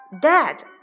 Dad